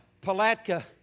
Palatka